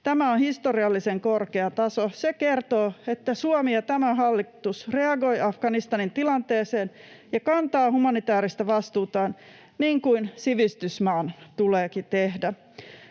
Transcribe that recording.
Tämä on historiallisen korkea taso. Se kertoo, että Suomi ja tämä hallitus reagoi Afganistanin tilanteeseen ja kantaa humanitääristä vastuutaan, niin kuin sivistysmaan tuleekin tehdä.